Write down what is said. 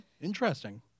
Interesting